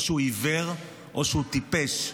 או שהוא עיוור או שהוא טיפש,